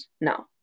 No